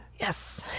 Yes